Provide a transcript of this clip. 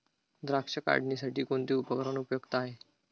द्राक्ष काढणीसाठी कोणते उपकरण उपयुक्त आहे?